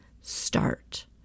start